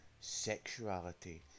sexuality